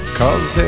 cause